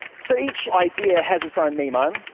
so each idea has its own meme-ome,